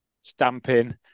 stamping